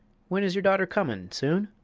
when is your daughter comin'? soon?